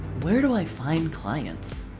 where do i find clients?